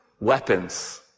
Weapons